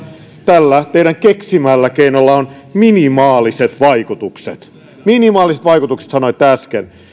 tällä teidän keksimällänne keinolla on minimaaliset vaikutukset minimaaliset vaikutukset sanoitte äsken